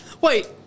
Wait